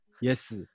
Yes